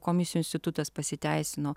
komisijų institutas pasiteisino